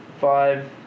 five